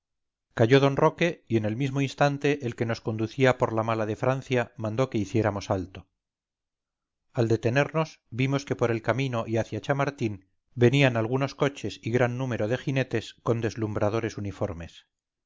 calló d roque y en el mismo instante el que nos conducía por la mala de francia mandó que hiciéramos alto al detenernos vimos que por el camino y hacia chamartín venían algunos coches y gran número de jinetes con deslumbradores uniformes